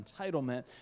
entitlement